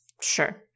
Sure